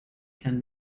can